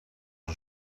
een